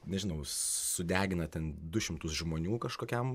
nežinau sudegina ten du šimtus žmonių kažkokiam